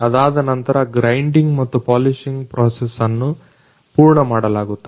ಅದಾದ ನಂತರ ಗ್ರೈಂಡಿಂಗ್ ಮತ್ತು ಪಾಲಿಶಿಂಗ್ ಪ್ರೊಸೆಸ್ ಅನ್ನು ಪೂರ್ಣ ಮಾಡಲಾಗುತ್ತದೆ